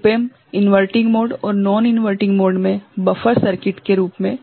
ओप amp inverting mode और non inverting mode में buffer circuit के रूप में